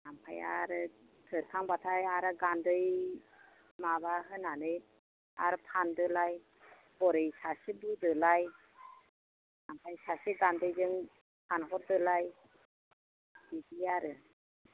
ओमफ्राय आरो थोरखांब्लाथाय आरो गान्दै माबा होनानै आरो फाननांगौ ह'रै सासे बोनांगौ ओमफ्राय सासे गान्दैजों फाननो नांगौ बिदि आरो